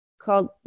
called